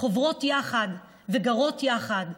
חוברות יחד וגרות יחד,